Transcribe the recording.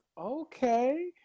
okay